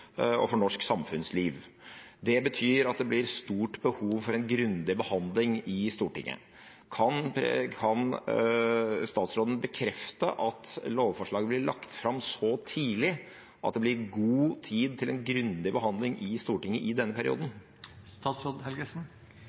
og for norsk samfunnsliv. Det betyr at det blir et stort behov for en grundig behandling i Stortinget. Kan statsråden bekrefte at lovforslaget blir lagt fram så tidlig at det blir god tid til en grundig behandling i Stortinget i denne